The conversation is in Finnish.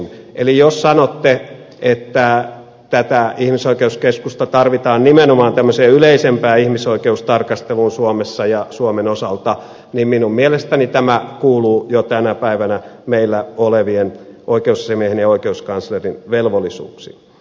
eli jos sanotte että tätä ihmisoikeuskeskusta tarvitaan nimenomaan tämmöiseen yleisempään ihmisoikeustarkasteluun suomessa ja suomen osalta niin minun mielestäni tämä kuuluu jo tänä päivänä meillä olevien oikeusasiamiehen ja oikeuskanslerin velvollisuuksiin